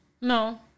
No